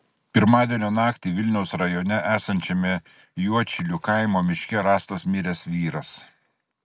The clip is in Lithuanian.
pirmadienio naktį vilniaus rajone esančiame juodšilių kaimo miške rastas miręs vyras